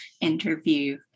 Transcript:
interview